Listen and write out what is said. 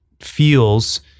feels